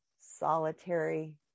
solitary